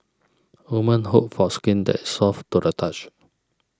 woman hope for skin that is soft to the touch